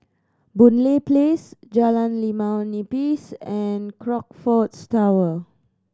Boon Lay Place Jalan Limau Nipis and Crockfords Tower